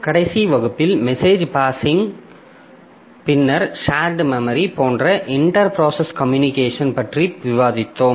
கடைசி வகுப்பில் message passing பின்னர் ஷேர்ட் மெமரி போன்ற இன்டெர் ப்ராசஸ் கம்யூனிகேஷன் பற்றி விவாதித்தோம்